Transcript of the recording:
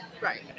Right